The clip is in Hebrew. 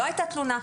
לא הייתה תלונה,